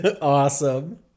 awesome